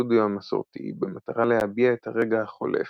לסטודיו המסורתי במטרה להביע את הרגע החולף,